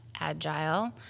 agile